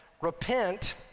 repent